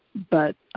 but